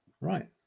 Right